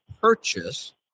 purchase